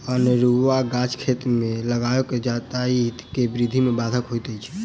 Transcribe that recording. अनेरूआ गाछ खेत मे लगाओल जजाति के वृद्धि मे बाधक होइत अछि